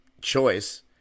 choice